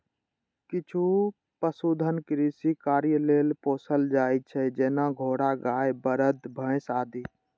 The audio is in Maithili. किछु पशुधन कृषि कार्य लेल पोसल जाइ छै, जेना घोड़ा, गाय, बरद, भैंस आदि